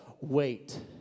Wait